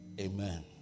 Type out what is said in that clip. Amen